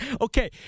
Okay